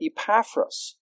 Epaphras